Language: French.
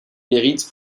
mérite